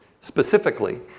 specifically